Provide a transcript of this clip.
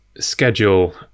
schedule